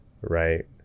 right